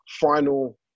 Final